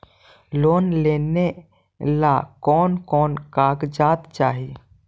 Loan लेने ला कोन कोन कागजात चाही?